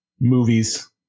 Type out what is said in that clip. movies